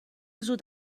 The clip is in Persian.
زود